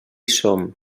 som